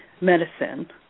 medicine